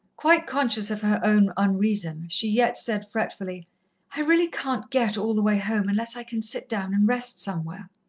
quite conscious of her own unreason, she yet said fretfully i really can't get all the way home, unless i can sit down and rest somewhere.